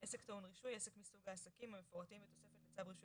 "עסק טעון רישוי" עסק מסוג העסקים המפורטים בתוספת לצו רישוי